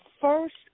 first